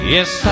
Yes